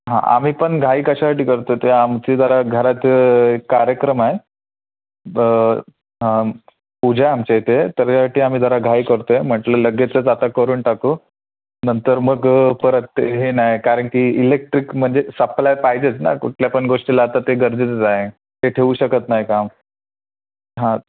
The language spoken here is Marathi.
हां आम्ही पण घाई कशासाठी करतो ते आमची जरा घरात एक कार्यक्रम आहे पूजा आहे आमच्या इथे तर त्यासाठी आम्ही जरा घाई करतोय म्हटलं लगेचच आता करून टाकू नंतर मग परत ते हे नाही कारण की इलेक्ट्रिक म्हणजे सप्लाय पाहिजेच ना कुठल्या पण गोष्टीला आता ते गरजेचंच आहे ते ठेवू शकत नाही काम हां